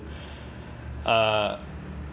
uh